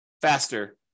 faster